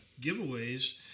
giveaways